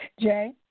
Jay